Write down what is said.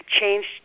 changed